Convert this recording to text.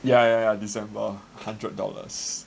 ya ya ya december one hundred dollars